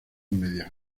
media